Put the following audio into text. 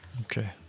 Okay